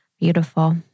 Beautiful